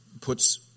puts